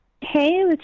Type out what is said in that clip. Hey